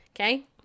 Okay